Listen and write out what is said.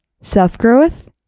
self-growth